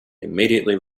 immediately